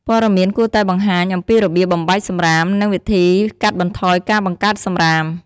ព័ត៌មានគួរតែបង្ហាញអំពីរបៀបបំបែកសំរាម និងវិធីកាត់បន្ថយការបង្កើតសំរាម។